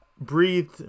breathed